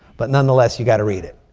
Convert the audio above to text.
but nonetheless, you've got to read it.